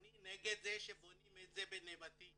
אני נגד שבונים את זה בנבטים